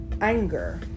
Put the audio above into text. anger